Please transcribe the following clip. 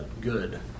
good